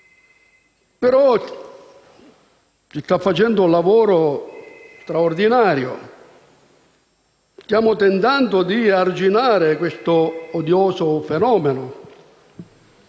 nero. Si sta facendo, però un lavoro straordinario. Stiamo tentando di arginare un odioso fenomeno,